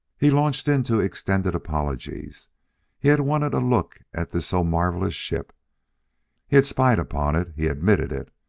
he launched into extended apologies he had wanted a look at this so marvelous ship he had spied upon it he admitted it.